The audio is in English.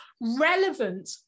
relevant